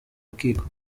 rukiko